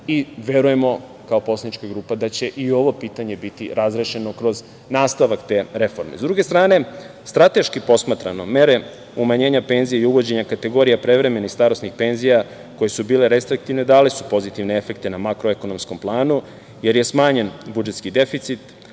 i verujemo da će i ovo pitanje biti razrešeno kroz nastavak te reforme. Sa druge strane, strateški posmatrano, mere umanjenja penzija i uvođenja kategorija prevremenih starosnih penzija koje su bile restriktivne dale su pozitivne efekte na makroekonomskom planu, jer je smanjen budžetski deficit,